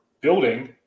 building